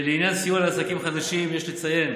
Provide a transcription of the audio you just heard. לעניין סיוע לעסקים חדשים, יש לציין